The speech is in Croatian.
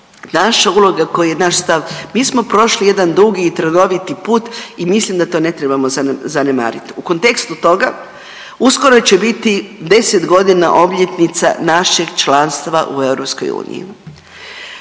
naša uloga, koji je naš stav. Mi smo prošli jedan dugi i trnoviti put i mislim da to ne trebamo zanemariti. U kontekstu toga, uskoro će biti 10 godina obljetnica našeg članstva u EU.